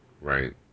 Right